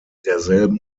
derselben